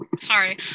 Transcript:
Sorry